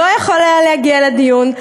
לא יכול היה להגיע לדיון,